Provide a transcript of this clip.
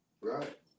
Right